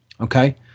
Okay